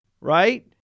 right